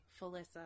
Felissa